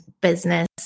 business